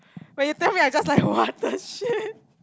when you tell me I just like what the shit